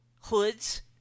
hoods